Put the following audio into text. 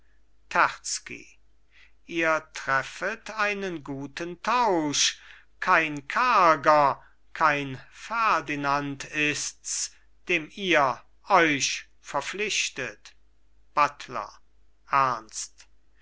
ihr treffet einen guten tausch kein karger kein ferdinand ists dem ihr euch verpflichtet buttler ernst